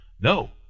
No